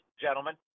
gentlemen